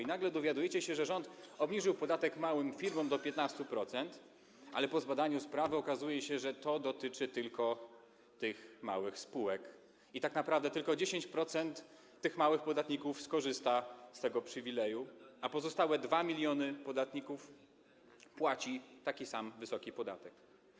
I nagle dowiadujecie się, że rząd obniżył podatek małym firmom do 15%, ale po zbadaniu sprawy okazuje się, że to dotyczy tylko tych małych spółek i tak naprawdę tylko 10% tych małych podatników skorzysta z tego przywileju, a pozostałe 2 mln podatników płaci taki sam wysoki podatek.